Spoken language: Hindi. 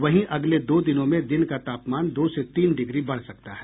वहीं अगले दो दिनों में दिन का तापमान दो से तीन डिग्री बढ़ सकता है